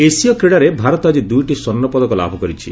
ଏସୀୟ କ୍ରୀଡ଼ାରେ ଭାରତ ଆଜି ଦୂଇଟି ସ୍ୱର୍ଷ୍ଣ ପଦକ ଲାଭ କରିଛି